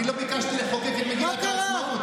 אני לא ביקשתי לחוקק את מגילת העצמאות.